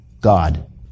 god